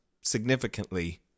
significantly